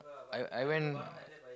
I I went